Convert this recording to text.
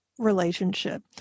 relationship